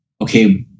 okay